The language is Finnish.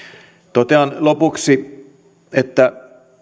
totean lopuksi että